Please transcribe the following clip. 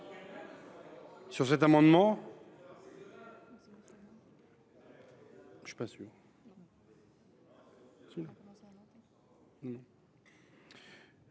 Sur cet amendement,